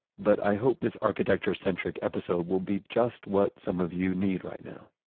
but i hope this architecture-centric episode will be just what some of you need right now.